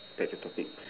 back to topic